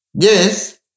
Yes